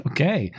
Okay